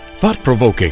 Thought-provoking